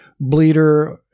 bleeder